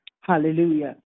hallelujah